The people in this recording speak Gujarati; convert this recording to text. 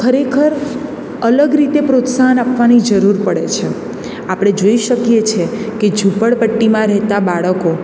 ખરેખર અલગ રીતે પ્રોત્સાહન આપવાની જરૂર પડે છે આપણે જોઈ શકીએ છીએ કે ઝૂંપડપટ્ટીમાં રહેતાં બાળકો